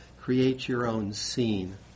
create-your-own-scene